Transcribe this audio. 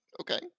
Okay